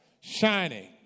Shining